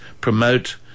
promote